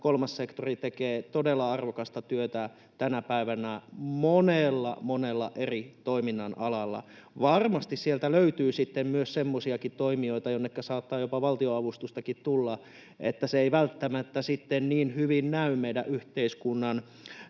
kolmas sektori tekee todella arvokasta työtä tänä päivänä monella, monella eri toiminnan alalla. Varmasti sieltä löytyy sitten myös semmoisiakin toimijoita, jonneka saattaa jopa valtionavustustakin tulla, joiden toiminta ei välttämättä sitten niin hyvin näy meidän yhteiskunnan